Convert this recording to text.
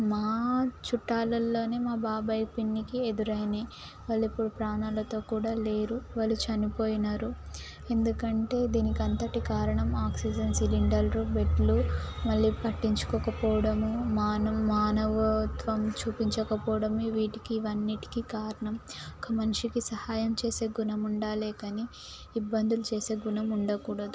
మా చుట్టాలల్లోనే మా బాబాయి పిన్నికి ఎదురయినాయి వాళ్ళు ఇప్పుడు ప్రాణాలతో కూడా లేరు వాళ్ళు చనిపోయినారు ఎందుకంటే దీనికి అంతటి కారణం ఆక్సిజన్ సిలిండర్లు బెడ్లు మళ్ళీ పట్టించుకోకపోవడము మానం మానవత్వం చూపించకపోవడం వీటికి ఇవన్నీటికి కారణం ఒక మనిషికి సహాయం చేసే గుణం ఉండాలే కాని ఇబ్బందులు చేసే గుణం ఉండకూడదు